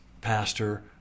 pastor